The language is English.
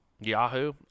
Yahoo